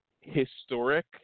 historic